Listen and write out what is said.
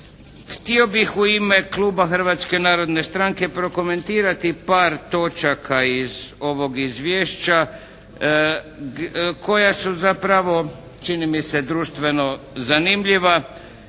Htio bih u ime Kluba Hrvatske narodne stranke prokomentirati par točaka iz ovog izvješća koja su zapravo čini mi se društveno zanimljiva